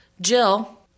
Jill